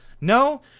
No